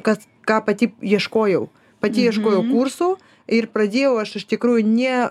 kas ką pati ieškojau pati ieškojau kursų ir pradėjau aš iš tikrųjų ne